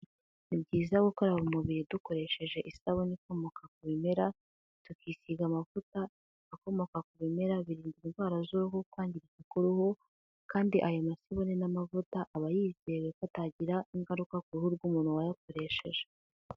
Ni byiza gukaraba umubiri dukoresheje isabune ikomoka ku bimera, tukisiga amavuta akomoka ku bimera birinda indwara z'uruhu kwangirika k'uruhu, kandi ayo masabune n'amavuta aba yizewe ko atagira ingaruka ku ruhu rw'umuntu wayakoresheje.